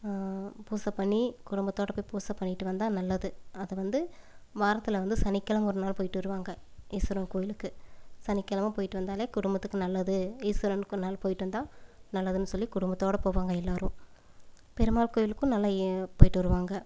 பூசை பண்ணி குடும்பத்தோடு போய் பூசை பண்ணிவிட்டு வந்தால் நல்லது அது வந்து வாரத்தில் வந்து சனிக்கெழம ஒரு நாள் போய்விட்டு வருவாங்க ஈஸ்வரன் கோவிலுக்கு சனிக்கெழம போய்விட்டு வந்தாலே குடும்பத்துக்கு நல்லது ஈஸ்வரனுக்கு ஒரு நாள் போய்விட்டு வந்தால் நல்லதுன்னு சொல்லி குடும்பத்தோடு போவாங்க எல்லோரும் பெருமாள் கோவிலுக்கும் நல்லா போய்விட்டு வருவாங்க